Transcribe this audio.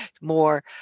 more